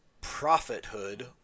prophethood